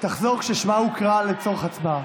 תחזור כששמה יוקרא לצורך הצבעה.